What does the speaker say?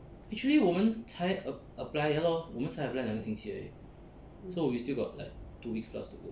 actually 我们才 a~ apply ya lor 我们才 apply 两个星期而已 so we still got like two weeks plus to go